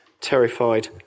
terrified